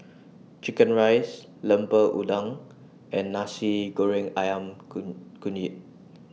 Chicken Rice Lemper Udang and Nasi Goreng Ayam Kunyit